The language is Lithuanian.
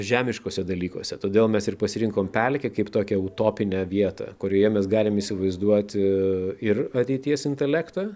žemiškuose dalykuose todėl mes ir pasirinkom pelkę kaip tokią utopinę vietą kurioje mes galim įsivaizduoti ir ateities intelektą